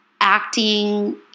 acting